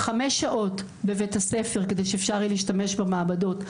חמש שעות בבית הספר כדי שאפשר יהיה להשתמש במעבדות,